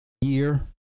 year